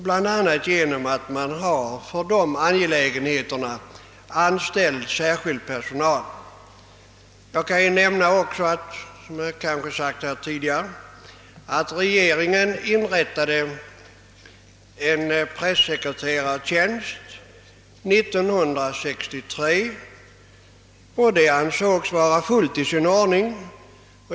Bl.a. har man anställt särskild personal för att sköta dessa angelägenheter. Aegeringen inrättade 1963 en pressekreterartjänst, och det ansågs vara fullt i sin ordning.